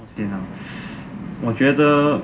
冒险 ah 我觉得